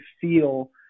feel